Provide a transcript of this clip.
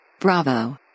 Bravo